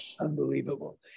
Unbelievable